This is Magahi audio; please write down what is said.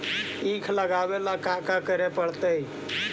ईख लगावे ला का का करे पड़तैई?